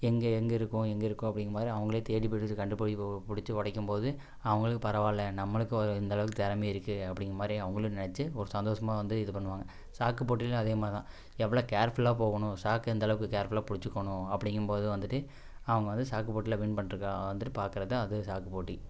எங்கே எங்கே இருக்கும் எங்கே இருக்கும் அப்படிங்கிற மாதிரி அவங்களே தேடி பிடிச்சு கண்டு பிடிபோ பிடிச்சி உடைக்கும்போது அவங்களும் பரவால்லை நம்மளுக்கு ஒரு இந்த அளவுக்கு திறமை இருக்குது அப்படிங்கிற மாதிரி அவங்களும் நினச்சி ஒரு சந்தோஷமாக வந்து இது பண்ணுவாங்கள் சாக்கு போட்டிலேயும் அதே மாதிரி தான் எவ்வளோ கேர்ஃபுல்லாக போகணும் சாக்கு எந்த அளவுக்கு கேர்ஃபுல்லாக பிடிச்சிக்கணும் அப்படிங்கம்போது வந்துகிட்டு அவங்க வந்து சாக்கு போட்டியில் வின் பண்ணிட்ருக்கா ஆ வந்துகிட்டு பார்க்கறது தான் அது சாக்கு போட்டி